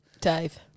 Dave